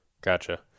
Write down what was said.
gotcha